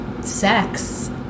sex